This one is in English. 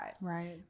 Right